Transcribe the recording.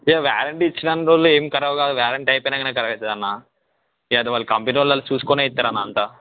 అంటే వారంటీ ఇచ్చినన్ని రోజులు ఏం కరాబ్ కాదు వారంటీ అయిపోయినాకనే కరాబ్ అవుతుందన్నా ఎదవలు కంప్యూటరోళ్ళు వాళ్ళు చూసుకునే ఇస్తారన్న అంతా